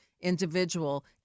individual